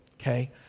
okay